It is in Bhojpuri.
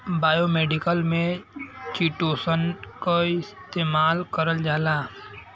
बायोमेडिकल में चिटोसन क इस्तेमाल करल जाला